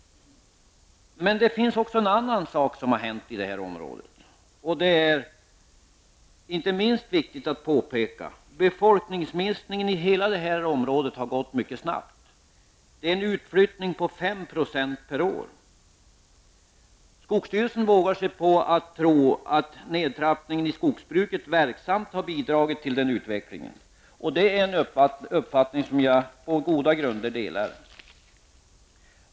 Så till en annan sak som har hänt i det aktuella området, och det är inte minst viktigt att påpeka detta. Befolkningen i hela det här området har minskat mycket snabbt. Det handlar om en utflyttning om 5 % per år. Från skogsstyrelsens sida tror man faktiskt att nedtrappningen i skogsbruket verksamt har bidragit till denna utveckling. Det är en uppfattning som jag på goda grunder delar.